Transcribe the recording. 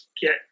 get